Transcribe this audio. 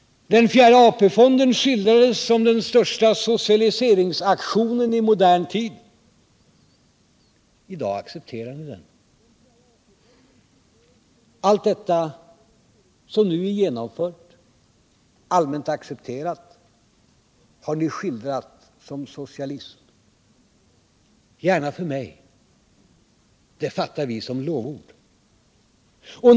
Den fjärde AP-fonden skildrades som den största socialiseringsaktionen i modern tid. I dag accepterar ni den. Allt detta, som nu är genomfört och allmänt accepterat, har ni skildrat som socialism — gärna för mig, det fattar vi som lovord.